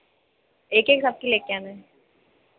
एक एक सबकी लेके आना है